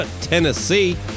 Tennessee